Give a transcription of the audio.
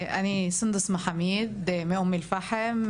אני סנדי מחאמיד מאום אל-פחם,